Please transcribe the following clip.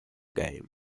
game